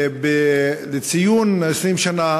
לציון 20 שנה